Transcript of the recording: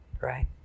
Right